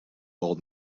old